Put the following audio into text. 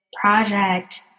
project